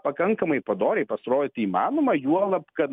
pakankamai padoriai pasirodyti įmanoma juolab kad